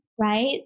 right